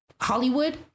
Hollywood